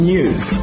News